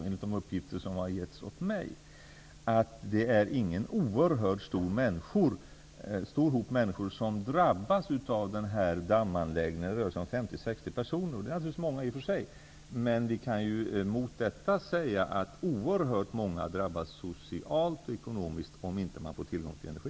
Enligt de uppgifter som jag har fått är det ingen oerhört stor hop människor som drabbas av denna dammanläggning. Det rör sig om 50--60 personer. Det är naturligtvis i och för sig många människor. Men mot detta kan man säga att oerhört många människor drabbas socialt och ekonomiskt om de inte får tillgång till energi.